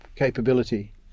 Capability